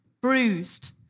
bruised